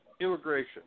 immigration